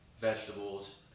vegetables